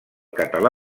català